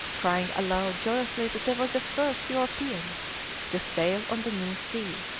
crying aloud joyously that they were the first europeans to sail on the new sea,